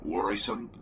Worrisome